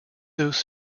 those